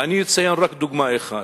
ואני אציין רק דוגמה אחת: